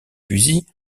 fusils